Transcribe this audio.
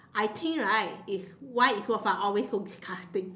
I think right it's why is Rou-Fan always so disgusting